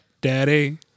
daddy